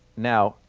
now,